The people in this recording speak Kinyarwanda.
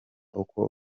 uko